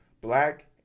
black